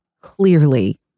clearly